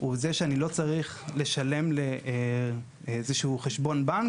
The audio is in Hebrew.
לא ישימו עליהן רגולציה מכבידה.